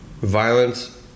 violence